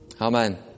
Amen